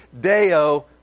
Deo